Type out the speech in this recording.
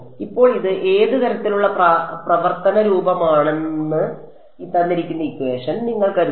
ഇപ്പോൾ ഇത് ഏത് തരത്തിലുള്ള പ്രവർത്തന രൂപമാണെന്ന് നിങ്ങൾ കരുതുന്നു